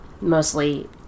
mostly